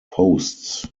posts